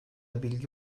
bilgi